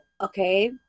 okay